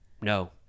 no